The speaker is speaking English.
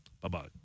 bye-bye